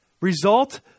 Result